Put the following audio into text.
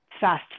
Fast